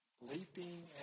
leaping